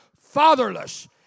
fatherless